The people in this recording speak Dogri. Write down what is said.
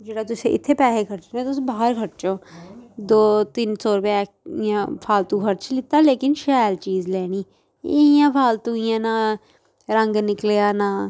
जेह्ड़ा तुसें इत्थें पैहे् खरचने तुस बाह्र खर्चो दो तिन्न सौ रपेआ इयां फालतू खर्ची लित्ता लेकिन शैल चीज़ लैनी इयां फालतू इ'यां ना रंग निकलेआ ना